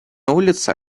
улица